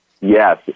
Yes